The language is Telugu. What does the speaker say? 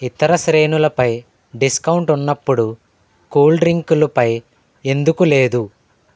ఇతర శ్రేణులపై డిస్కౌంట్ ఉన్నప్పుడు కూల్డ్రింక్లుపై ఎందుకు లేదు